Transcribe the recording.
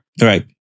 Right